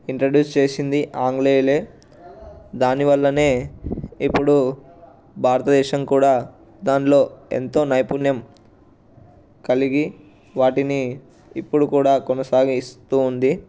introduce చేసింది ఆంగ్లేయులే దానివల్లనే ఇప్పుడు భారతదేశం కూడా దాంట్లో ఎంతో నైపుణ్యం కలిగి వాటిని ఇప్పుడు కూడా కొనసాగిస్తూ ఉంది